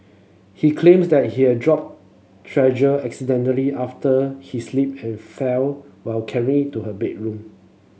he claimed that he had dropped treasure accidentally after he slipped and fell while carry it to her bedroom